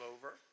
over